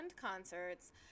concerts